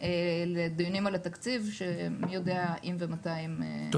לדיונים על התקציב שמי יודע אם ומתי הם יקרו.